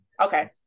Okay